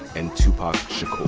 and tupac shakur